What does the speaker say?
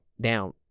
down